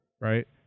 right